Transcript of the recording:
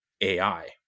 AI